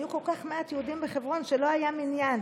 היו כל כך מעט יהודים בחברון שלא היה מניין.